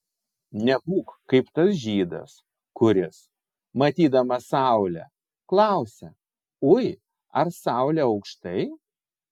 nebūk kaip tas žydas kuris matydamas saulę klausia ui ar saulė aukštai